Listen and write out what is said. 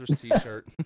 t-shirt